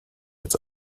jetzt